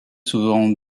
souvent